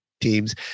teams